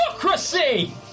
democracy